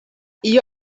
iyo